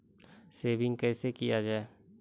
Saving कैसै किया जाय?